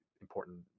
important